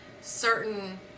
certain